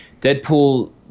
Deadpool